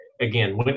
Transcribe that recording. Again